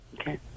Okay